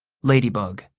ladybug